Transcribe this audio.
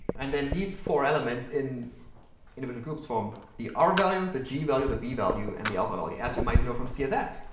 and then these four elements in individual groups form the r value, the g value, the b value, and the alpha value, as you might know from css.